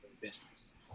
business